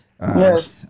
Yes